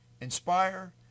inspire